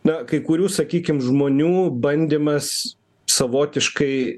na kai kurių sakykim žmonių bandymas savotiškai